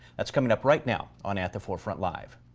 that's coming up right now on at the forefront live.